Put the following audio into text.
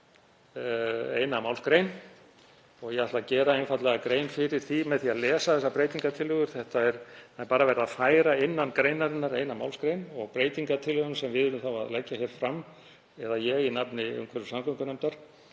eina málsgrein og ég ætla einfaldlega að gera grein fyrir því með því að lesa þessar breytingartillögur. Það er bara verið að færa innan greinarinnar eina málsgrein. Breytingartillagan sem við erum þá að leggja hér fram eða ég í nafni umhverfis- og samgöngunefndar